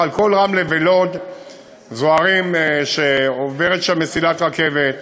בכלל, רמלה ולוד הן ערים שעוברת בהן מסילת רכבת,